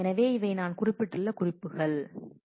எனவே இவை நான் குறிப்பிட்டுள்ள குறிப்புகள் சரி